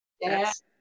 Yes